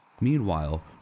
Meanwhile